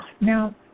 Now